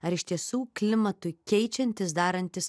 ar iš tiesų klimatui keičiantis darantis